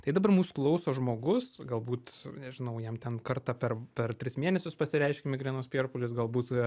tai dabar mūsų klauso žmogus galbūt nežinau jam ten kartą per per tris mėnesius pasireiškia migrenos priepuolis galbūt